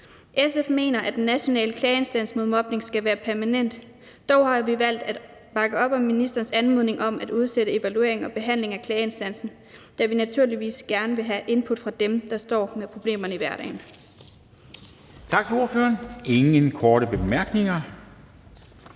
SF mener, at den nationale klageinstans mod mobning skal være permanent. Dog har vi valgt at bakke op om ministerens anmodning om at udsætte evalueringen og behandlingen af klageinstansen, da vi naturligvis gerne vil have input fra dem, der står med problemerne i hverdagen.